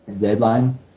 deadline